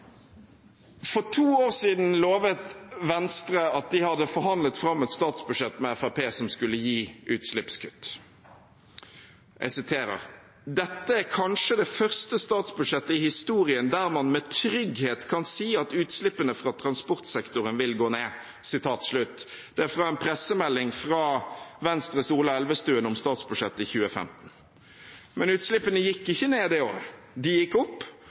For to år siden lovet Venstre at de hadde forhandlet fram et statsbudsjett med Fremskrittspartiet som skulle gi utslippskutt. Jeg siterer: «Dette er kanskje det første statsbudsjettet i historien der man med trygghet kan si at utslippene fra transportsektoren vil gå ned.» Det er fra en pressemelding fra Venstres Ola Elvestuen om statsbudsjettet i 2015. Men utslippene gikk ikke ned det året, de gikk opp,